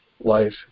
life